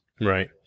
Right